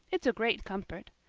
it's a great comfort.